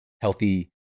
healthy